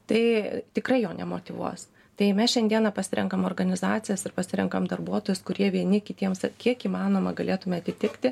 tai tikrai jo nemotyvuos tai mes šiandieną pasirenkam organizacijas ir pasirenkam darbuotojus kurie vieni kitiems kiek įmanoma galėtume atitikti